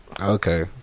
Okay